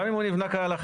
גם אם הוא נבנה כהלכה.